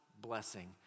blessing